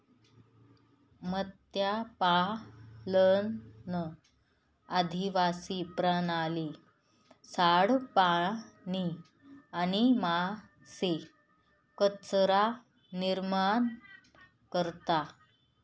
मत्स्यपालन अधिवास प्रणाली, सांडपाणी आणि मासे कचरा निर्माण करता